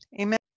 amen